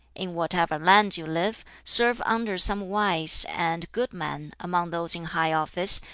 in whatever land you live, serve under some wise and good man among those in high office,